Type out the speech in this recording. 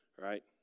Right